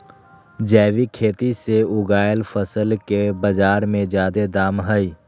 जैविक खेती से उगायल फसल के बाजार में जादे दाम हई